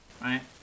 right